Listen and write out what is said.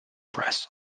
press